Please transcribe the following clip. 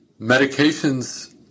medications